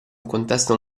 contesto